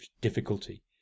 difficulty